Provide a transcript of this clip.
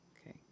Okay